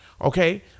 Okay